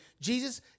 Jesus